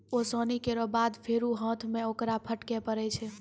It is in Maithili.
ओसौनी केरो बाद फेरु हाथ सें ओकरा फटके परै छै